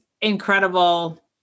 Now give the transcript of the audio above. incredible